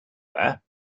there